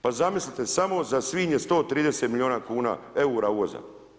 Pa zamislite, samo za svinje 130 miliona kuna, eura uvoza.